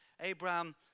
Abraham